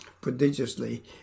prodigiously